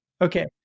Okay